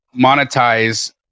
monetize